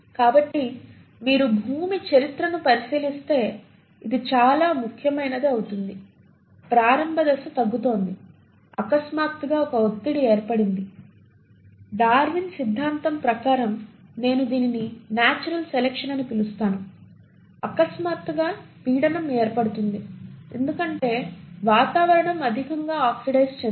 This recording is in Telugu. కాబట్టి మీరు భూమి చరిత్రను పరిశీలిస్తే ఇది చాలా ముఖ్యమైనది అవుతుంది ప్రారంభ దశ తగ్గుతోంది అకస్మాత్తుగా ఒక ఒత్తిడి ఏర్పడింది డార్విన్ సిద్ధాంతం ప్రకారం నేను దీనిని నాచురల్ సెలక్షన్ అని పిలుస్తాను అకస్మాత్తుగా పీడనంప్రెషర్ ఏర్పడుతుంది ఎందుకంటే వాతావరణం అధికంగా ఆక్సిడైజ్ చెందుతుంది